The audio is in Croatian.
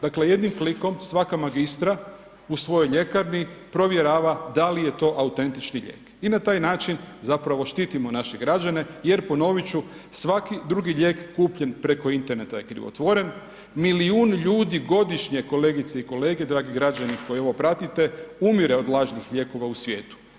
Dakle jednim klikom svaka magistra u svojoj ljekarni provjerava da li je to autentični lijek i na taj način zapravo štitimo naše građane jer ponoviti ću svaki drugi lijek kupljen preko interneta je krivotvoren, milijun ljudi godišnje kolegice i kolege, dragi građani koji ovo pratite umire od lažnih lijekova u svijetu.